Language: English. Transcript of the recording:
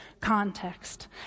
context